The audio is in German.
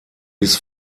bis